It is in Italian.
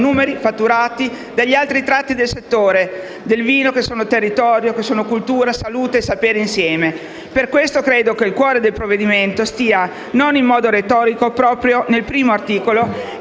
numeri e fatturati dagli altri tratti del settore del vino, che sono territorio, cultura, salute e sapere insieme. Per questo credo che il cuore del provvedimento stia, in modo non retorico, proprio nel Capo